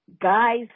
guys